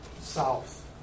south